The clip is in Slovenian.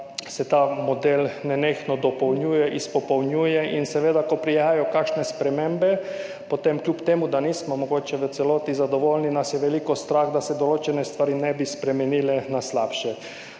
se ta model nenehno dopolnjuje, izpopolnjuje. In seveda, ko prihajajo kakšne spremembe, potem kljub temu da mogoče nismo v celoti zadovoljni, nas je veliko strah, da se določene stvari ne bi spremenile na slabše.